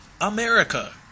America